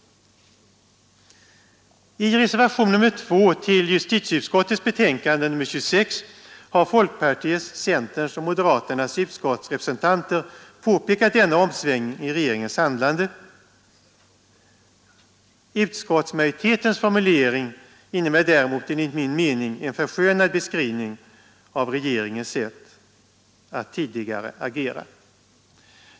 I reservationen 2 till justitieutskottets betänkande nr 26 har folkpartiets, centerns och moderaternas utskottsrepresentanter påpekat denna omsvängning i regeringens handlande. Utskottsmajoritetens formulering innebär däremot enligt min mening en förskönande beskrivning av regeringens sätt att tidigare agera.